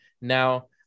Now